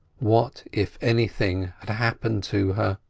what if anything had happened to her?